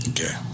Okay